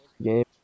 game